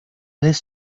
this